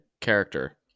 character